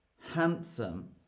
handsome